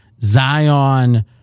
Zion